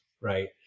Right